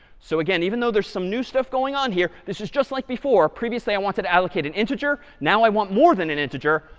so, again, even though there's some new stuff going on here, this is just like before. previously, i wanted to allocate an integer. now, i want more than an integer.